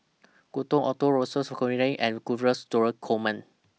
Gordon Arthur and Dress Door Coleman